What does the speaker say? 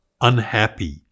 unhappy